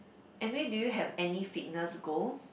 anyway do you have any fitness goal